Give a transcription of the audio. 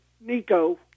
Nico